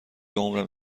عمرم